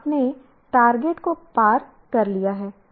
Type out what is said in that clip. आपने टारगेट को पार कर लिया है